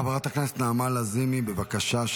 חברת הכנסת נעמה לזימי, בבקשה.